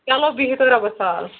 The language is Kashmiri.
چلو بِہِو تُہۍ رۅبَس حوال